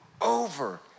over